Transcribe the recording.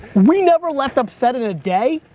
we never left upset in a day?